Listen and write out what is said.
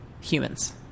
humans